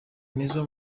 nizo